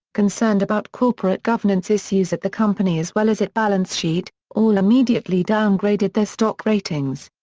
concerned about corporate governance issues at the company as well as it balance sheet, all immediately downgraded their stock ratings.